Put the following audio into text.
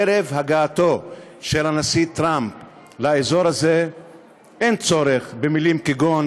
ערב הגעתו של הנשיא טראמפ לאזור הזה אין צורך במילים כגון: